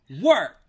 work